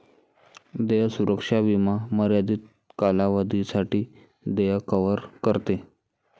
देय सुरक्षा विमा मर्यादित कालावधीसाठी देय कव्हर करते